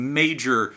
major